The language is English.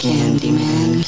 Candyman